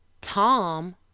Tom